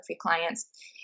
clients